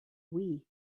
wii